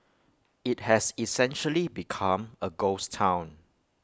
IT has essentially become A ghost Town